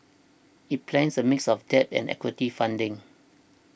it plans a mix of debt and equity funding